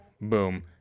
boom